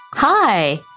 Hi